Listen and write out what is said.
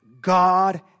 God